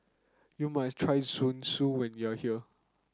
you must try Zosui when you are here